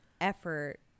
effort